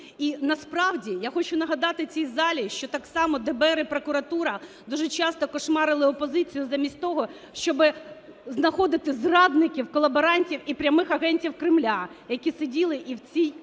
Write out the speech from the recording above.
І насправді я хочу нагадати цій залі, що так само ДБР і прокуратура дуже часто "кошмарили" опозицію замість того, щоб знаходити зрадників, колаборантів і прямих агентів Кремля, які сиділи і в цій